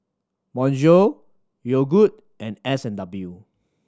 Bonjour Yogood and S and W